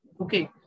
Okay